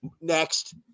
Next